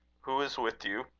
who is with you?